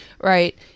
right